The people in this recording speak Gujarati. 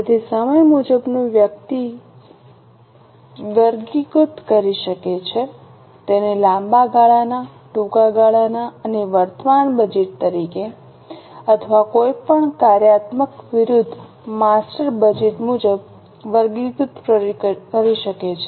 તેથી સમય મુજબનું વ્યક્તિ વર્ગીકૃત કરી શકે છે તેને લાંબા ગાળાના ટૂંકા ગાળાના અને વર્તમાન બજેટ તરીકે અથવા કોઈ પણ કાર્યાત્મક વિરુદ્ધ માસ્ટર બજેટ મુજબ વર્ગીકૃત કરી શકે છે